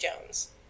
Jones